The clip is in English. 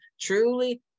truly